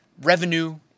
revenue